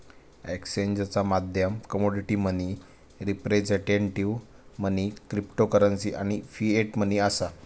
एक्सचेंजचा माध्यम commodity money, representative money, cryptocurrency आणि फिएट मनी असा